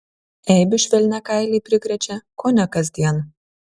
eibių švelniakailiai prikrečia kone kasdien